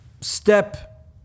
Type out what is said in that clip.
step